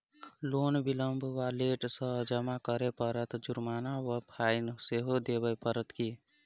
Loan विलंब वा late सँ जमा करै पर जुर्माना वा फाइन सेहो देबै पड़त की?